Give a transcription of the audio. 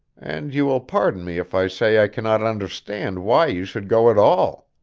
and you will pardon me if i say i cannot understand why you should go at all.